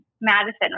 Madison